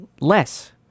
less